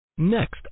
Next